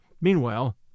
Meanwhile